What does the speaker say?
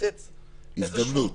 לתת הזדמנות